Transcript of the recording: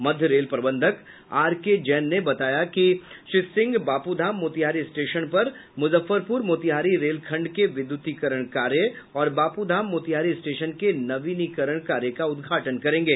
मंडल रेल प्रबंधक आरके जैन ने बताया कि श्री सिंह बापूधाम मोतिहारी स्टेशन पर मुजफ्फरपुर मोतिहारी रेल खंड के विद्युतीकरण कार्य और बापूधाम मोतिहारी स्टेशन के नवीनीकरण कार्य का उद्घाटन करेंगे